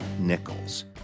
Nichols